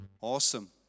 Awesome